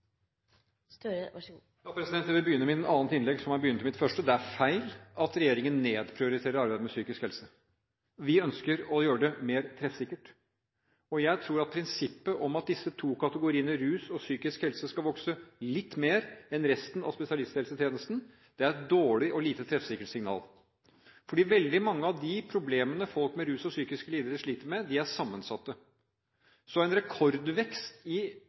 feil at regjeringen nedprioriterer arbeidet med psykisk helse. Vi ønsker å gjøre det mer treffsikkert. Jeg tror at prinsippet om at disse to kategoriene – rus og psykisk helse – skal vokse litt mer enn resten av spesialisthelsetjenesten er et dårlig og lite treffsikkert signal. For veldig mange av de problemene folk med rus og psykiske lidelser sliter med, er sammensatte. En rekordvekst i